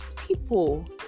people